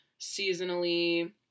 seasonally